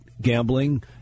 gambling